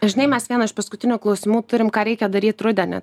žinai mes vieną iš paskutinių klausimų turim ką reikia daryt rudenį